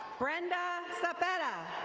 brenda zepeda.